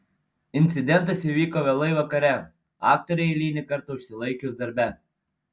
incidentas įvyko vėlai vakare aktorei eilinį kartą užsilaikius darbe